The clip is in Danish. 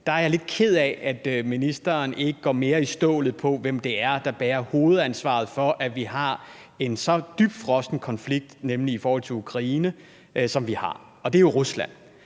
der er jeg lidt ked af, at ministeren ikke går mere til stålet på, hvem det er, der bærer hovedansvaret for, at vi har en så dybfrossen konflikt, nemlig i forhold til Ukraine, som vi har. Og det er jo Rusland.